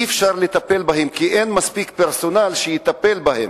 אי-אפשר לטפל בהם כי אין מספיק פרסונל שיטפל בהם.